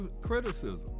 criticism